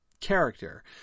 character